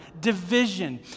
division